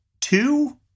two